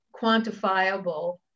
quantifiable